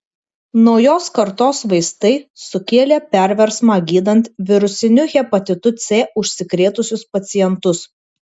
naujos kartos vaistai sukėlė perversmą gydant virusiniu hepatitu c užsikrėtusius pacientus